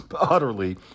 utterly